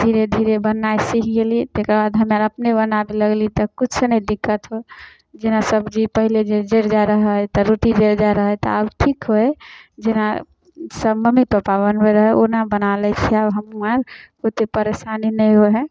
धीरे धीरे बनेनाइ सीख गेली तकरबाद हम आर अपने बनाबे लगली तऽ किछो नहि दिक्कत होल जेना सब्जी पहिले जे जैरि जाइ रहै तऽ रोटी जैरि जाइ रहै तऽ आब ठीक हइ जेना सब मम्मी पप्पा बनबै रहै ओना बना लै छियै आब हमहुँ आब आर ओते परेशानी नहि होइ है